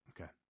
okay